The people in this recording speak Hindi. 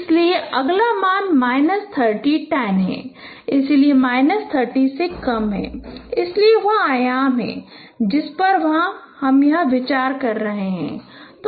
इसलिए अगला मान माइनस 30 10 है इसलिए माइनस 30 से कम है इसलिए यह वह आयाम है जिस पर हम यहां विचार करेंगे